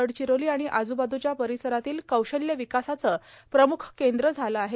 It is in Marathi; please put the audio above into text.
गडचिरोली आणि आजूबाजूच्या परिसरातील कौशल्य विकासाचे प्रमुख केंद्र झाले आहे